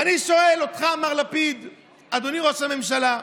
אני שואל אותך, מר לפיד, אדוני ראש הממשלה: